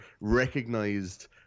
recognized